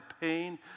pain